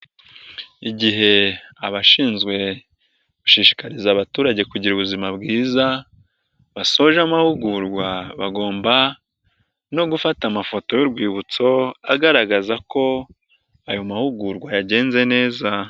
Igihe abashinzwe gushishikariza abaturage kugira ubuzima bwiza basoje amahugurwa, bagomba no gufata amafoto y'urwibutso agaragaza ko ayo mahugurwa yagenze neza.